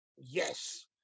yes